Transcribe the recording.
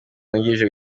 wungirije